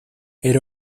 era